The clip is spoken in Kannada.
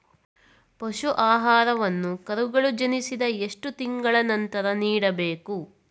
ಪಶು ಆಹಾರವನ್ನು ಕರುಗಳು ಜನಿಸಿದ ಎಷ್ಟು ತಿಂಗಳ ನಂತರ ನೀಡಬೇಕು?